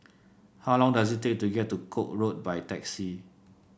how long does it take to get to Koek Road by taxi